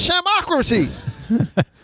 Shamocracy